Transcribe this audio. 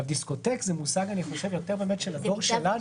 דיסקוטק זה מושג יותר של הדור שלנו.